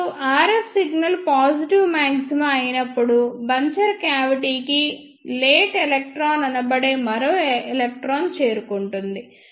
input RF signal positive maxima అయినప్పుడు buncher cavity కి late electron అనబడే మరో ఎలక్ట్రాన్ చేరుకుంటుంది